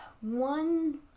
one